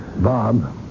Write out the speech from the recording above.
Bob